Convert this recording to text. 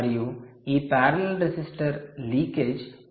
మరియు ఈ parallel resistor leakage ఒక సమస్య